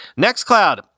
Nextcloud